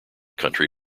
country